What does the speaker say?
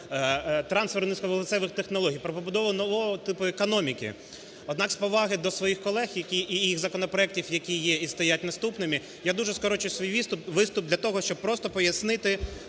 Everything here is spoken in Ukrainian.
про трансфер низьковуглецевих технологій, про побудову нового типу економіку, однак з поваги до своїх колег, які… і їх законопроектів, які є і стоять наступними, я дуже скорочу свій виступ для того, щоб просто пояснити